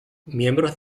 miembros